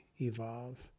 evolve